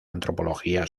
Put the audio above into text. antropología